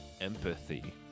empathy